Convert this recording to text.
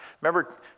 Remember